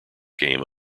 game